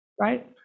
Right